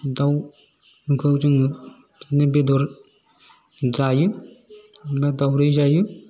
दाव जोङो बेदर जायो बा दावदै जायो